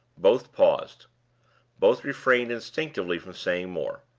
both paused both refrained instinctively from saying more.